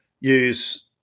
use